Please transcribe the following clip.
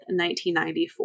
1994